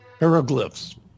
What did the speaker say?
Hieroglyphs